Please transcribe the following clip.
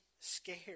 scared